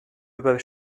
über